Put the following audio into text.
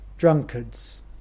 Drunkards